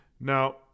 Now